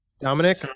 Dominic